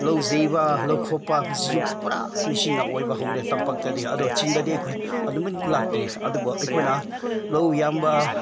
ꯂꯧ ꯌꯩꯕ ꯂꯧ ꯈꯥꯎꯕ ꯑꯁꯤꯁꯨ ꯄꯨꯔꯥ ꯃꯦꯆꯤꯟꯅ ꯑꯣꯏꯕ ꯍꯧꯔꯦ ꯇꯝꯄꯥꯛꯇꯗꯤ ꯑꯗꯣ ꯆꯤꯡꯗꯗꯤ ꯑꯩꯈꯣꯏ ꯑꯗꯨꯃꯥꯏꯅ ꯂꯥꯛꯇ꯭ꯔꯤ ꯑꯗꯨꯕꯨ ꯑꯩꯈꯣꯏꯅ ꯂꯧ ꯌꯥꯟꯕ